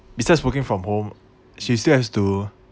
besides working from home she still has to